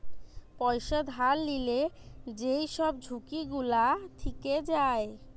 পয়সা ধার লিলে যেই সব ঝুঁকি গুলা থিকে যায়